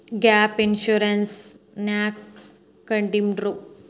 Gap insurance ನ್ಯಾಕ್ ಕಂಢಿಡ್ದ್ರು?